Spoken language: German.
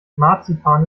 marzipan